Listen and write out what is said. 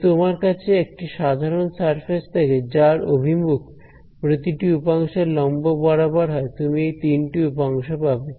যদি তোমার কাছে একটি সাধারণ সারফেস থাকে যার অভিমুখ প্রতিটি উপাংশের লম্ব বরাবর হয় তুমি এই তিনটি উপাংশ পাবে